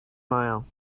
mile